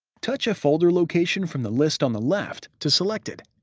touch a folder location from the list on the left to select it.